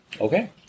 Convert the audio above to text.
Okay